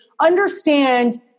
understand